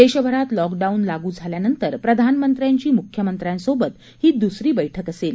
देशभरात लॉकडाऊन लागू झाल्यानंतर प्रधानमंत्र्यांची म्ख्यमंत्र्यांसोबत ही द्सरी बछक असेल